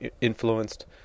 influenced